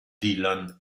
dylan